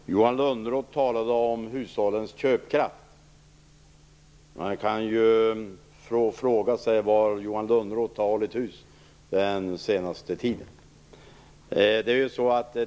Herr talman! Johan Lönnroth talade om hushållens köpkraft. Man kan ju fråga sig var Johan Lönnroth har hållit hus den senaste tiden.